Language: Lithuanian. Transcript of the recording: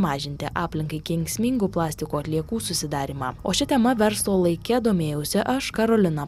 mažinti aplinkai kenksmingų plastiko atliekų susidarymą o ši tema verslo laike domėjausi aš karolina